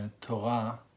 Torah